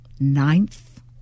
Ninth